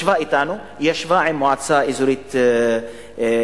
ישבה אתנו, ישבה עם מועצה אזורית משגב,